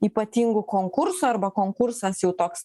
ypatingų konkursų arba konkursas jau toks